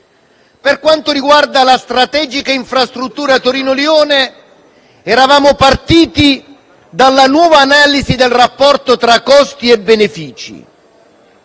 Per quanto riguarda la strategica infrastruttura Torino-Lione, eravamo partiti dalla nuova analisi del rapporto tra costi e benefici,